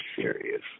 serious